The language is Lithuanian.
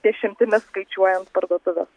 dešimtimis skaičiuojant parduotuves